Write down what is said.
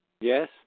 Yes